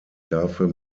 dafür